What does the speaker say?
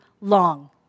long